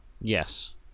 Yes